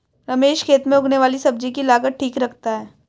रमेश खेत में उगने वाली सब्जी की लागत ठीक रखता है